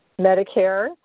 Medicare